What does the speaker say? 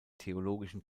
theologischen